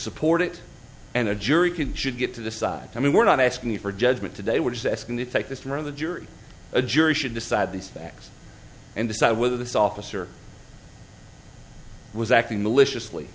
support it and a jury can should get to decide i mean we're not asking for judgement today we're just asking to take this through the jury a jury should decide these facts and decide whether this officer was acting maliciously